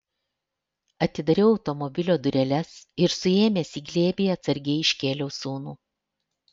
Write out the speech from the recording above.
atidariau automobilio dureles ir suėmęs į glėbį atsargiai iškėliau sūnų